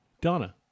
Donna